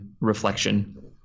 reflection